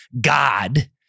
god